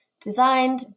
designed